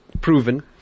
proven